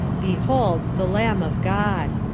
behold the lamb of god.